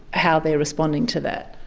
how they're responding to that?